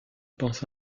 pense